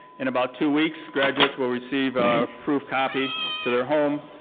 in about two weeks, graduates will receive a proof copy to their home.